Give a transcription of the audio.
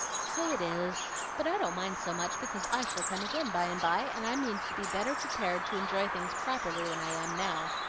so it is but i don't mind so much, because i shall come again by-and-by, and i mean to be better prepared to enjoy things properly than i am now.